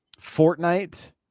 Fortnite